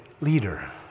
leader